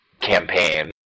campaign